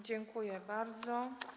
Dziękuję bardzo.